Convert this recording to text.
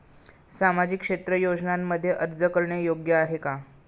सामाजिक क्षेत्र योजनांमध्ये अर्ज करणे योग्य आहे का?